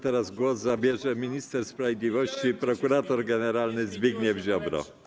Teraz głos zabierze minister sprawiedliwości - prokurator generalny Zbigniew Ziobro.